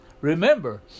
Remember